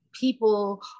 people